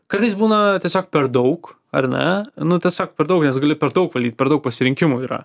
kartais būna tiesiog per daug ar ne nu tiesiog per daug nes gali per daug valdyt per daug pasirinkimų yra